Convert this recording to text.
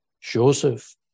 Joseph